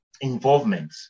involvement